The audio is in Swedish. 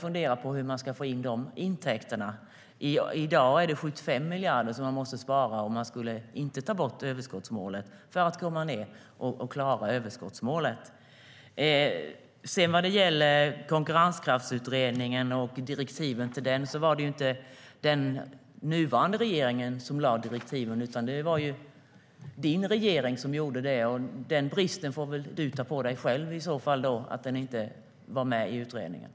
Hur ska de intäkterna tas in? I dag måste 75 miljarder sparas om överskottsmålet inte tas bort.